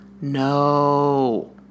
No